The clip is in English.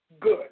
good